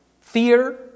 Fear